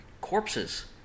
corpses